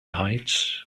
heights